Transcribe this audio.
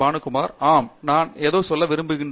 பானுகுமார் ஆம் நான் ஏதோ சொல்ல விரும்புகிறேன்